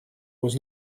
was